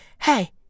hey